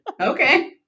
Okay